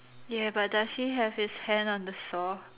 ya but does he have his hand on the saw